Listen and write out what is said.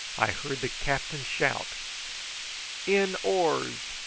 i heard the captain shout in oars!